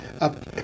up